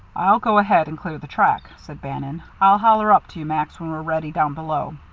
i'll go ahead and clear the track, said bannon. i'll holler up to you, max, when we're ready down below.